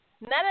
None